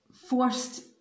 forced